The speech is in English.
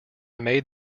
made